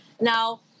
Now